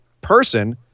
person